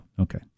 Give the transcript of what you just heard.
Okay